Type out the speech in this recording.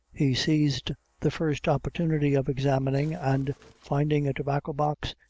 he seized the first opportunity of examining, and finding a tobacco-box,